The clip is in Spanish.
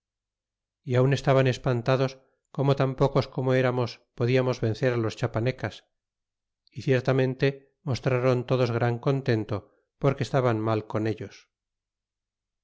y aun estaban espantados como tan pocos como eramos podiamos vencer á los chiapanecas y ciertamente mostraron todos gran contento porque estaban mal con elos